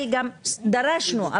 דרשנו,